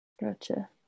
Gotcha